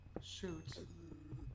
Shoot